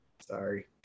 Sorry